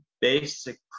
basic